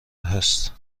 است